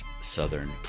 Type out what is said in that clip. Southern